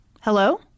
Hello